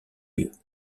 lieu